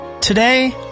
Today